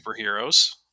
superheroes